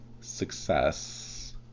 success